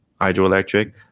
hydroelectric